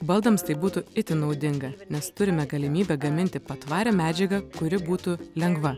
baldams tai būtų itin naudinga nes turime galimybę gaminti patvarią medžiagą kuri būtų lengva